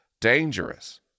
dangerous